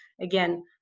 again